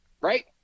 Right